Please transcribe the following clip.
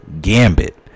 Gambit